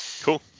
Cool